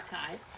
archive